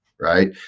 right